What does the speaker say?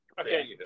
Okay